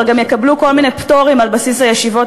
אבל גם יקבלו כל מיני פטורים על בסיס הישיבות